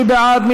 מי בעד?